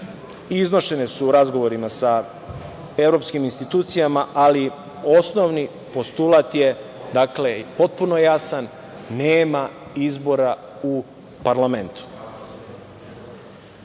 iznošene su u razgovorima sa evropskim institucijama, ali osnovni postulat je i potpuno jasan, nema izbora u parlamentu. Predložena